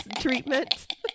treatment